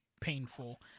painful